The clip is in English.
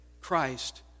Christ